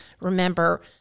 remember